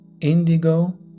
indigo